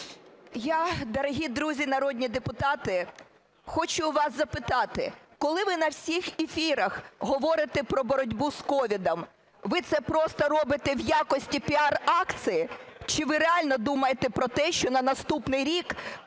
Я, дорогі друзі народні депутати, хочу у вас запитати, коли ви на всіх ефірах говорите про боротьбу з COVID, ви це просто робите в якості піар-акції, чи ви реально думаєте про те, що на наступний рік